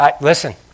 Listen